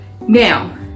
now